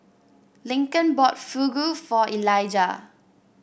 Lincoln bought Fugu for Eliga